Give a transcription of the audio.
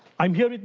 i'm here